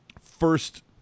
First